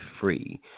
free